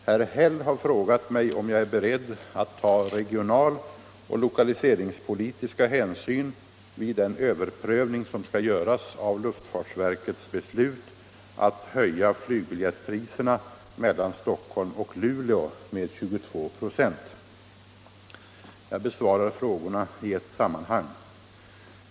Herr Häll har frågat mig om jag är beredd att ta regionaloch lokaliseringspolitiska hänsyn vid den överprövning som skall göras av luftfartsverkets beslut att höja flygbiljettpriserna mellan Stockholm och Luleå med 22". Jag besvarar frågorna i ett sammanhang.